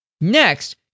next